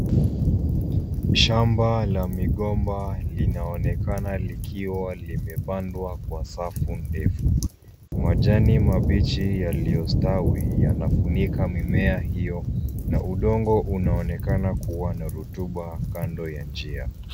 Shamba la migomba linaonekana ikiwa limepandwa kwa safu ndefu. Majani mabichi yaliyostawi yanafunika mimea hiyo na udongo unaonekana kuwa na rutuba kando ya njia.